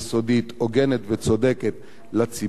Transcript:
הוגנת וצודקת לציבור הזה.